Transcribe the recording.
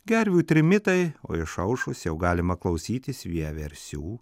gervių trimitai o išaušus jau galima klausytis vieversių